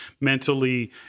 mentally